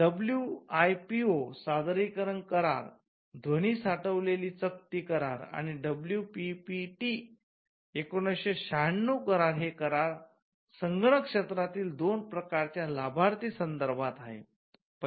WPO सादरीकरण करार ध्वनी साठवलेली चकती करार आणि डब्ल्यूपीपीटी १९९६ करार हे करार संगणक क्षेत्रातील दोन प्रकारच्या लाभार्थी संदर्भात आहेत